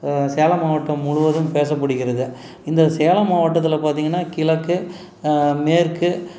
சேலம் மாவட்டம் முழுவதும் பேசப்படுகிறது இந்த சேலம் மாவட்டத்தில் பார்த்தீங்கன்னா கிழக்கு மேற்கு